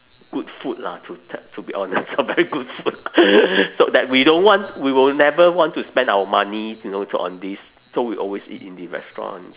good food lah to te~ to be honest very good food so that we don't want we will never want to spend our money you know to on these so we always eat in the restaurant